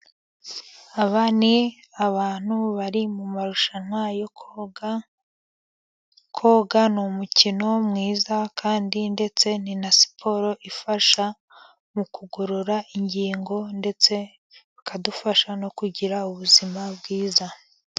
Aba ni abantu bari mu marushanwa yo koga, koga ni umukino mwiza kandi ndetse ni na siporo, ifasha mu kugorora ingingo ndetse bikadufasha no kugira ubuzima bwiza.